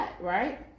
right